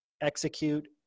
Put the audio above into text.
execute